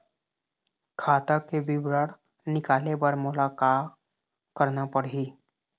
खाता के विवरण निकाले बर मोला का करना पड़ही?